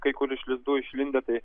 kai kur iš lizdų išlindę tai